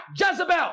Jezebel